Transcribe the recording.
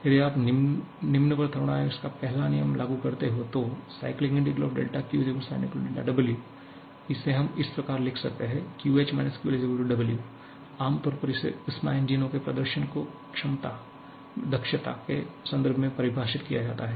यदि आप निम्न पर थर्मोडायनामिक्स का पहला नियम लागू करते हैं तो 𝛿𝑄 𝛿𝑊 इसे हम इस प्रकार लिख सकते हैं QH - QL W आमतौर पर ऐसे ऊष्मा इंजनों के प्रदर्शन को दक्षता के संदर्भ में परिभाषित किया जाता है